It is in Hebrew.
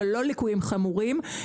אבל לא ליקויים חמורים,